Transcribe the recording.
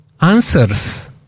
Answers